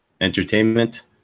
Entertainment